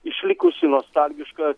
išlikusi nostalgiška